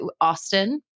Austin